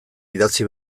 idatzi